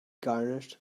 garnished